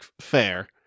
fair